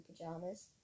pajamas